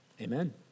Amen